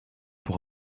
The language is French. pour